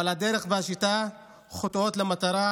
אבל הדרך והשיטה חוטאות למטרה,